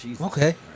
Okay